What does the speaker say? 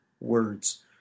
words